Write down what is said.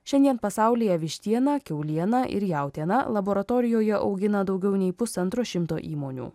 šiandien pasaulyje vištieną kiaulieną ir jautieną laboratorijoje augina daugiau nei pusantro šimto įmonių